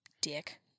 dick